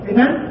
Amen